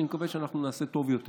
אני מקווה שאנחנו נעשה טוב יותר.